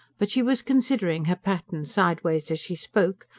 but she was considering her pattern sideways as she spoke,